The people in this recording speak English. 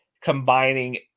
combining